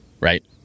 Right